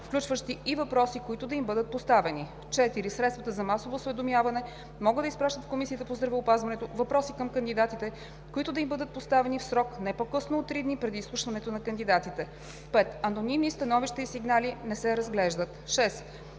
включващи и въпроси, които да им бъдат поставени. 4. Средствата за масово осведомяване могат да изпращат в Комисията по здравеопазването въпроси към кандидатите, които да им бъдат поставени, в срок не по-късно от три дни преди изслушването на кандидатите. 5. Анонимни становища и сигнали не се разглеждат. 6.